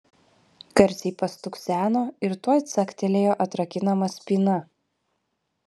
garsiai pastukseno ir tuoj caktelėjo atrakinama spyna